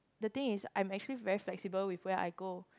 the thing is I'm actually very flexible with where I go